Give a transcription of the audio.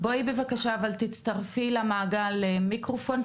בואי בבקשה תצטרפי למעגל המיקרופון.